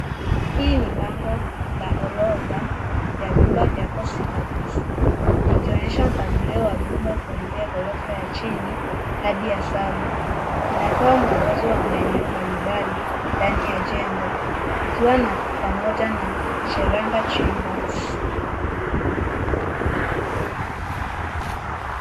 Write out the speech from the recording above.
Hii ni bango la orodha ya vyumba ya Kose Heights ikionyesha mpangilio wa vyumba kuanzia gorofa ya chini hadi ya saba. Inatoa mwongozo wa maeneo mbalimbali ndani ya jengo, ikiwa pamoja na Cheranga Chambers .